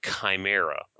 Chimera